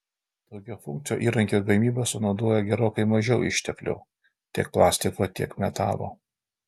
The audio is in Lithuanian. daugiafunkcio įrankio gamyba sunaudoja gerokai mažiau išteklių tiek plastiko tiek metalo